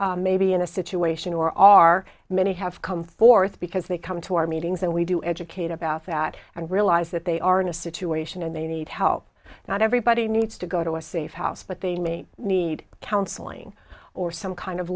may be in a situation or are many have come forth because they come to our meetings and we do educate about that and realize that they are in a situation and they need help not everybody needs to go to a safe house but they may need counseling or some kind of